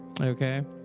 okay